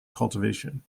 cultivation